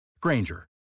Granger